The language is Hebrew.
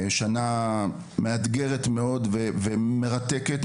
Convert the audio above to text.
שנה מאתגרת מאוד ומרתקת,